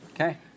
Okay